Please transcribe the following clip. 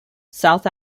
south